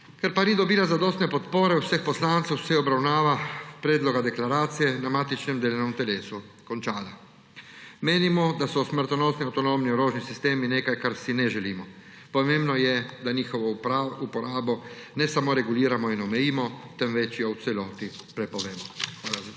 Ker pa ni dobila zadostne podpore vseh poslancev, se je obravnava predloga deklaracije na matičnem delovnem telesu končala. Menimo, da so smrtonosni avtonomni orožni sistemi nekaj, česar si ne želimo. Pomembno je, da njihovo uporabo ne samo reguliramo in omejimo, temveč jo v celoti prepovemo. Hvala za